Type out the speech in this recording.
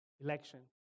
election